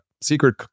secret